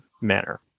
manner